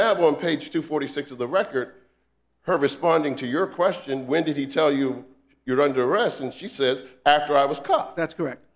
have on page two forty six of the record her responding to your question when did he tell you you're under arrest and she says after i was caught that's correct